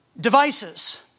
devices